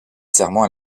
serment